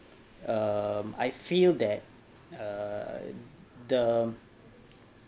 um I feel that err the